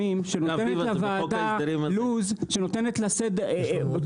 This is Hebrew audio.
היום שבדקה תאגידים ציבוריים חברות ממשלתיות ותאגידי מים -- אבל